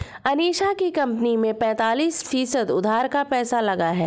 अनीशा की कंपनी में पैंतीस फीसद उधार का पैसा लगा है